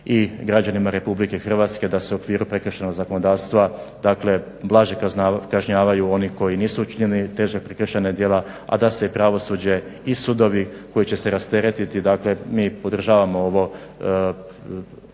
i građanima RH da se u okviru prekršajnog zakonodavstva dakle blaže kažnjavaju oni koji nisu učinili teža prekršajna djela, a da se i pravosuđe i sudovi koji će se rasteretiti dakle mi podržavamo ovo